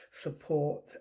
support